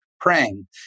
praying